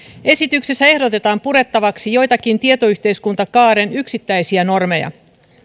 esityksessä ehdotetaan purettavaksi joitakin tietoyhteiskuntakaaren yksittäisiä normeja